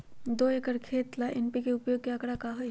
दो एकर खेत ला एन.पी.के उपयोग के का आंकड़ा होई?